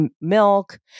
milk